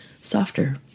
softer